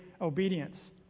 obedience